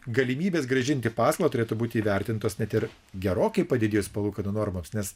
galimybės grąžinti paskolą turėtų būti įvertintos net ir gerokai padidėjus palūkanų normoms nes